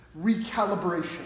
recalibration